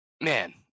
man